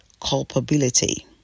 culpability